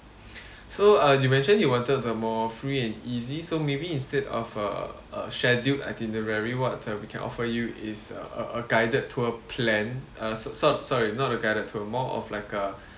so uh you mentioned you wanted the more free and easy so maybe instead of uh uh scheduled itinerary what type we can offer you is a a a guided tour plan uh s~ so~ sorry not a guided tour more of like a